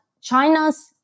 China's